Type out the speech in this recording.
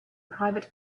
private